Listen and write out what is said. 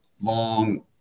long